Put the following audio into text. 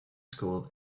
school